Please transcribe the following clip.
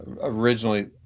originally